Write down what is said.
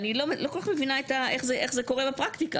אני לא כל כך מבינה איך זה קורה בפרקטיקה.